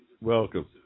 welcome